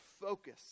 focus